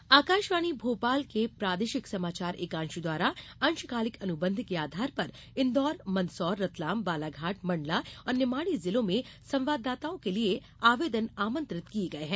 अंशकालिक संवाददाता आकाशवाणी भोपाल के प्रादेशिक समाचार एकांश द्वारा अंशकालिक अनुबंध के आधार पर इन्दौर मंदसौर रतलाम बालाघाट मंडला और निवाड़ी जिलों में संवाददाताओं के लिये आवेदन आमंत्रित किये गये हैं